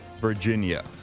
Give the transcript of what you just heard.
Virginia